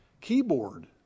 keyboard